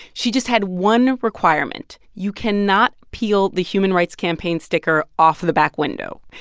she just had one requirement you cannot peel the human rights campaign sticker off of the back window.